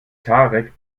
tarek